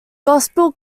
gospel